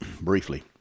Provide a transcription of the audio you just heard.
briefly